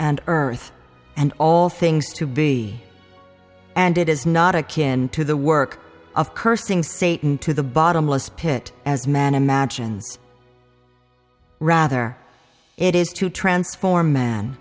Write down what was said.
and earth and all things to be and it is not a kin to the work of cursing satan to the bottomless pit as man imagines rather it is to transform m